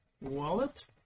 wallet